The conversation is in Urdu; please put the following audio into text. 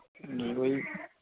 جی وہی